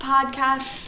Podcast